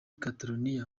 catalonia